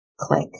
click